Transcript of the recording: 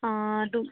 অঁ ত'